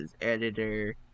editor